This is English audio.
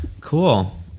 Cool